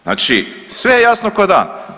Znači sve je jasno kao dan.